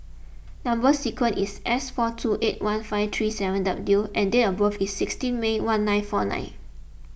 Number Sequence is S four two eight one five three seven W and date of birth is sixteen May one nine four nine